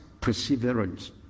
perseverance